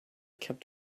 kept